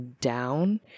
down